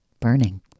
burning